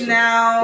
now